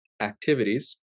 activities